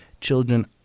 children